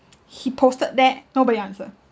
he posted there nobody answer